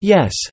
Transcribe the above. Yes